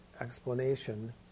explanation